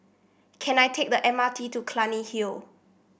can I take the M R T to Clunny Hill